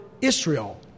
Israel